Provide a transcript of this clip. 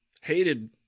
hated